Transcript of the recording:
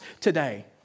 today